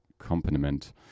accompaniment